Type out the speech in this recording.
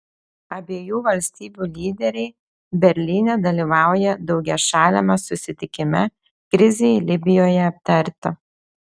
abiejų valstybių lyderiai berlyne dalyvauja daugiašaliame susitikime krizei libijoje aptarti